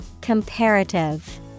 Comparative